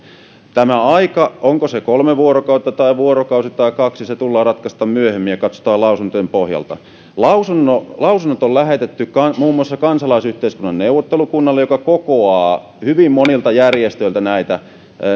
tämä aika kolme vuorokautta tai vuorokausi tai kaksi se tullaan ratkaisemaan myöhemmin ja katsotaan lausuntojen pohjalta lausunnot lausunnot on lähetetty muun muassa kansalaisyhteiskunnan neuvottelukunnalle joka kokoaa hyvin monilta järjestöiltä näitä